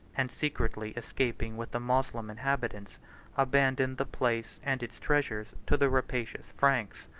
and secretly escaping with the moslem inhabitants abandoned the place and its treasures to the rapacious franks.